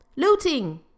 Looting